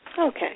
Okay